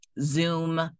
zoom